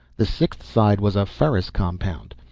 the sixth side was a ferrous compound.